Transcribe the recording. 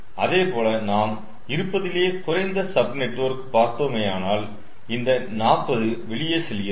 அதேபோல நாம் இருப்பதிலேயே குறைந்த சப் நெட்வொர்க் பார்த்தோமேயானால் இந்த 40 வெளியே செல்கிறது